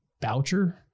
voucher